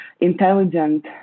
intelligent